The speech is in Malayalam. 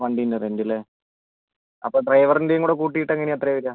വണ്ടീന്റെ റെന്റ് അല്ലേ അപ്പം ഡ്രൈവറിൻ്റെയും കൂടെ കൂട്ടിയിട്ട് എങ്ങനെ എത്രയാണ് വരിക